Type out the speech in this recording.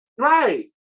Right